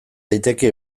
daiteke